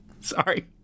Sorry